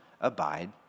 abide